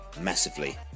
massively